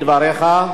נא לסכם את דבריך.